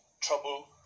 trouble